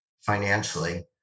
financially